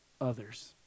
others